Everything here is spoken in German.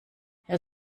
herr